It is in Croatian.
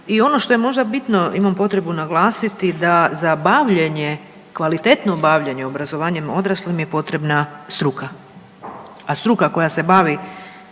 I ono što je možda bitno imam potrebu naglasiti da za bavljenje, kvalitetno bavljenje obrazovanjem odraslih je potrebna struka. A struka koja se bavi